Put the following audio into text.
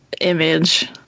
image